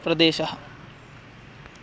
प्रदेशः